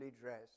dressed